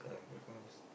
mm that kind of